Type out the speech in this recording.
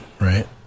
right